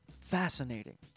Fascinating